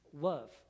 love